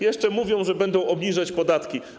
Jeszcze mówią, że będą obniżać podatki.